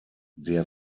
der